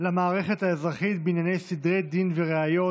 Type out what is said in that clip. למערכת האזרחית בענייני סדרי דין וראיות),